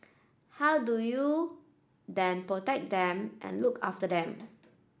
how do you then protect them and look after them